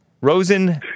Rosen